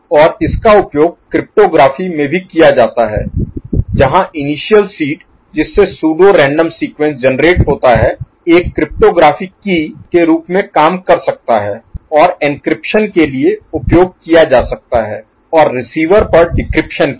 और इसका उपयोग क्रिप्टोग्राफी में भी किया जाता है जहां इनिशियल सीड जिससे सूडो रैंडम सीक्वेंस जेनेरेट होता है एक क्रिप्टोग्राफिक की के रूप में काम कर सकता है और एन्क्रिप्शन के लिए उपयोग किया जा सकता है और रिसीवर पर डिक्रिप्शन के लिए